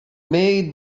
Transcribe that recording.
made